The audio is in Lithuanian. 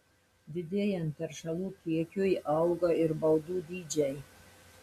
didėjant teršalų kiekiui auga ir baudų dydžiai